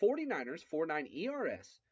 49ers49ERS